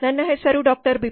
ನನ್ನ ಹೆಸರು ಡಾ